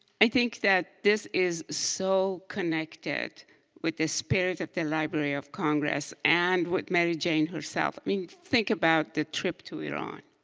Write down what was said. i think that this is so connected with the spirit of the library of congress and with mary jane herself. i mean, think about the trip to iran.